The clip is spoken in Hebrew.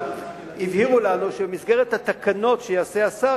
הבהירו לנו שבמסגרת התקנות שיעשה השר,